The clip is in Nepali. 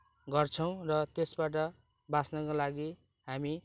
गर्छौँ र त्यसबाट बाँच्नका लागि हामी